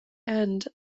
and